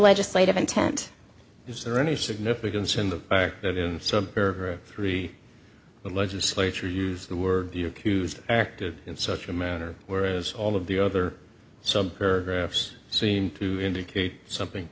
legislative intent is there any significance in the fact that in some three the legislature used the word the accused acted in such a manner whereas all of the other so seem to indicate something